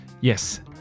Yes